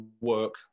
work